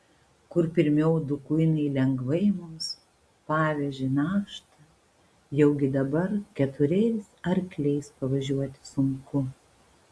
kur pirmiau du kuinai lengvai mums pavežė naštą jaugi dabar keturiais arkliais pavažiuoti sunku